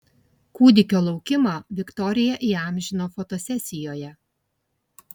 kūdikio laukimą viktorija įamžino fotosesijoje